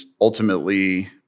ultimately